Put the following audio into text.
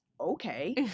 okay